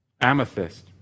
Amethyst